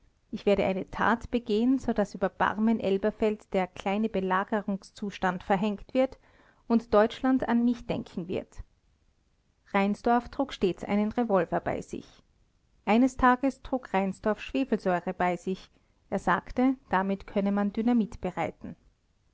ich werde eine tat begehen so daß über barmen elberfeld der kleine belagerungszustand verhängt wird und deutschland an mich denken wird reinsdorf trug stets einen revolver bei sich eines tages trug reinsdorf schwefelsäure bei sich er sagte damit könne man dynamit